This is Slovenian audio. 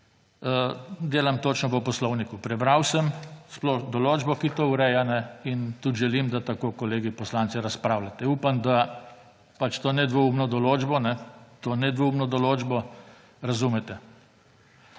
delam točno po Poslovniku. Prebral sem določbo, ki to ureja in tudi želim, da tako kolegi poslanci razpravljate. Upam, da pač to nedvoumno določbo, to